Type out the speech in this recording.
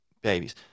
babies